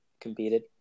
competed